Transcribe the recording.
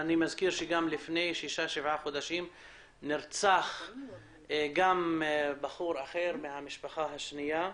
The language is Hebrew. אני מזכיר שלפני כשבעה חודשים נרצח בחור אחר מהמשפחה השנייה.